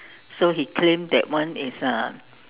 so he claim that one is uh